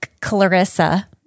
Clarissa